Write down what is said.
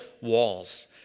walls